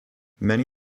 many